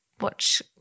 watch